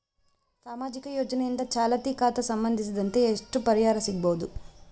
ಸಾಮಾಜಿಕ ಯೋಜನೆಯಿಂದ ಚಾಲತಿ ಖಾತಾ ಸಂಬಂಧಿಸಿದಂತೆ ಎಷ್ಟು ಪರಿಹಾರ ಸಿಗಬಹುದು?